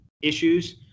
issues